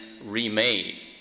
remade